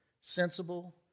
sensible